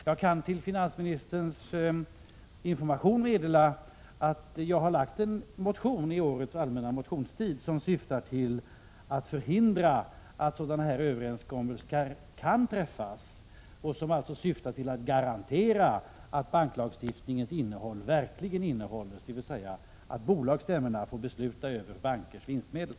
Jag kan till finansministerns information meddela att jag har väckt en motion under årets allmänna motionstid som syftar till att förhindra att sådana här överenskommelser kan träffas och som alltså syftar till att garantera att banklagstiftningens innehåll verkligen efterlevs, dvs. att bolagsstämmorna får besluta över bankers vinstmedel.